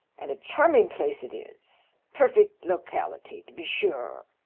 and a charming place it is perfect locality, to be sure.